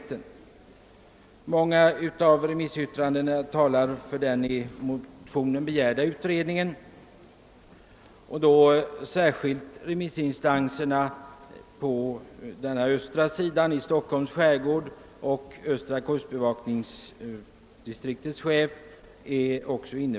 Men i många av remissyttrandena har man också talat för den i motionen begärda utredningen, särskilt då remissinstanserna i Stockholms skärgård samt östra kustbevakningsdistriktets chef.